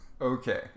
Okay